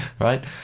right